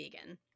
vegan